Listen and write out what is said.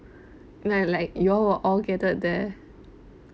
like like you all were gathered there